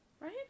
right